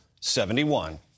71